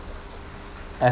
as